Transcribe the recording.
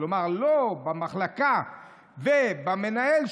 כלומר במחלקה ובמנהל,